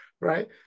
right